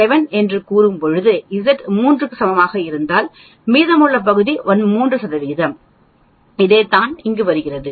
7 என்று கூறும்போது Z 3 க்கு சமமாக இருந்தால் மீதமுள்ள பகுதி 3 சதவிகிதம் அதுதான் இங்கு வருகிறீர்கள்